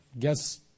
Guess